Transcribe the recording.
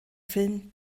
film